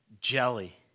jelly